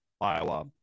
Iowa